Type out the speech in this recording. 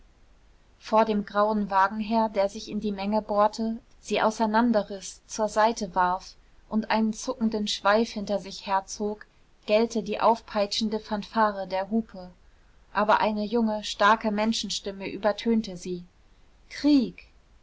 vor dem grauen wagen her der sich in die menge bohrte sie auseinanderriß zur seite warf und einen zuckenden schweif hinter sich herzog gellte die aufpeitschende fanfare der hupe aber eine junge starke menschenstimme übertönte sie krieg